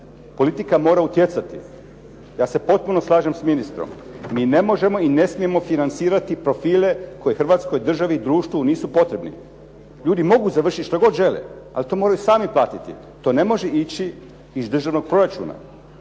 Politika mora utjecati, ja se potpuno slažem s ministrom. Mi ne možemo i ne smijemo financirati profile koji Hrvatskoj državi i društvu nisu potrebni. Ljudi mogu završiti što god žele, ali to moraju sami platiti. To ne može ići iz državnog proračuna.